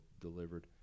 delivered